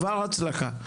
כבר הצלחה.